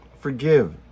forgive